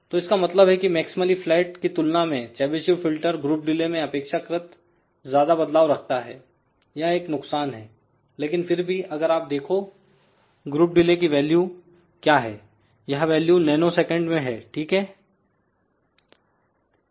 तो इसका मतलब है की मैक्समली फ्लैट की तुलना में चेबीशेव फिल्टर ग्रुप डिले में अपेक्षाकृत ज्यादा बदलाव रखता है यह एक नुकसान हैलेकिन फिर भी अगर आप देखो ग्रुप डिले की वैल्यू क्या हैयह वैल्यू नैनो सेकंड में है ठीक है